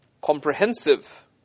comprehensive